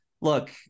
look